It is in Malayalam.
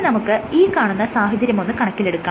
നമുക്ക് ഈ കാണുന്ന സാഹചര്യമൊന്ന് കണക്കിലെടുക്കാം